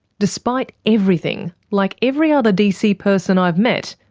despite everything, like every other dc person i've met,